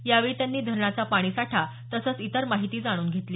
यावेळी त्यांनी धरणाचा पाणीसाठा तसंच इतर माहिती त्यांनी जाणून घेतली